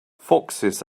foxes